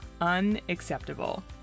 unacceptable